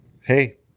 hey